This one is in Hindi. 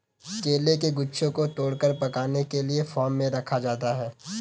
केले के गुच्छों को तोड़कर पकाने के लिए फार्म में रखा जाता है